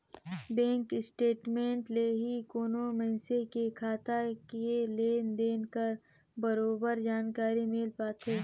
bank statement ले ही कोनो मइनसे के खाता के लेन देन कर बरोबर जानकारी मिल पाथे